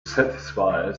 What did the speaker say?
satisfy